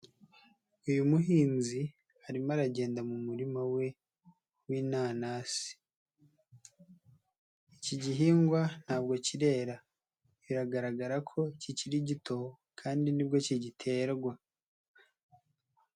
Uyu muhinzi arimo aragenda mu murima we w'inanasi. Iki gihingwa ntabwo kirera. Biragaragara ko kikiri gito kandi nibwo kigiterwa.